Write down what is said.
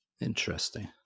Interesting